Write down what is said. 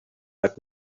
out